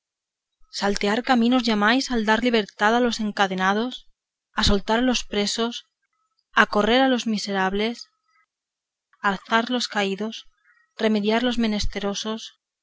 saltear de caminos llamáis al dar libertad a los encadenados soltar los presos acorrer a los miserables alzar los caídos remediar los menesterosos